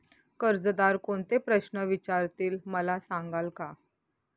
कर्जदार कोणते प्रश्न विचारतील, मला सांगाल का?